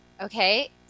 Okay